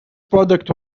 product